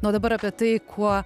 na o dabar apie tai kuo